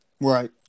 right